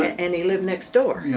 and he lived next door. yeah